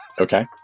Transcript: Okay